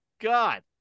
God